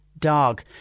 dog